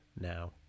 now